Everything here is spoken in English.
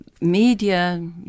media